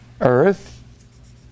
Earth